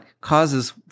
causes